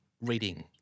reading